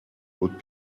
would